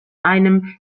einem